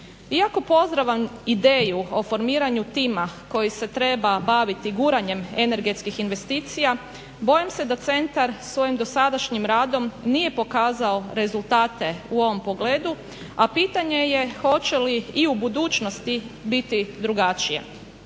Iako, pozdravljam ideju o formiranju tima koji se treba baviti guranjem energetskih investicija. Bojim se da centar svojim dosadašnjim radom nije pokazao rezultate u ovom pogledu, a pitanje je hoće li u budućnosti biti drugačije.